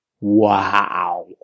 wow